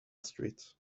street